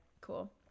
Cool